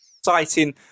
exciting